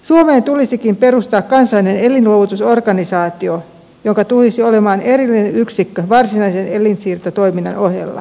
suomeen tulisikin perustaa kansallinen elinluovutusorganisaatio joka tulisi olemaan erillinen yksikkö varsinaisen elinsiirtotoiminnan ohella